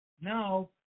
now